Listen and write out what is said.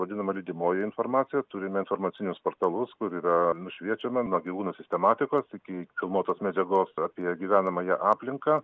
vadinama lydimoji informacija turime informacinius portalus kur yra nušviečiama nuo gyvūnų sistematikos iki filmuotos medžiagos apie gyvenamąją aplinką